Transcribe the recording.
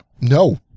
No